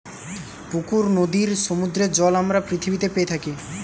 পুকুর, নদীর, সমুদ্রের জল আমরা পৃথিবীতে পেয়ে থাকি